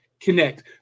Connect